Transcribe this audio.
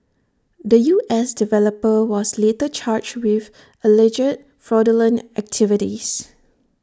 the U S developer was later charged with alleged fraudulent activities